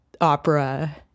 opera